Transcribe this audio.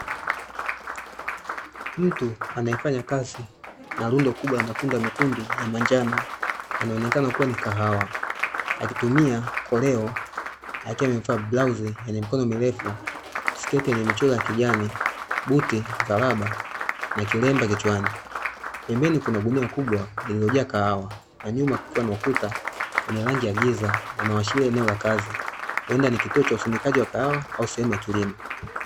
Mtu anayefanya kazi na rundo kubwa la matunda mekundu ya manjano, yanaonekana kuwa ni kahawa, akitumia koleo, akiwa amevaa blauzi yenye mikono mirefu, sketi yenye michoro ya kijani, buti za raba na kilemba kichwani, pembeni kuna gunia kubwa lililojaa kahawa, nyuma kukiwa na ukuta wenye rangi ya giza unaoashiria kuwa ni eneo la kazi, huenda ni kituo cha usindikaji wa kahawa au sehemu ya kilimo.